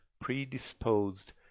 predisposed